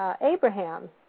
Abraham